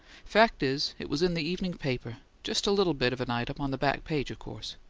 fact is, it was in the evening paper just a little bit of an item on the back page, of course.